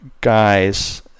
guys